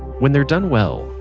when they're done well,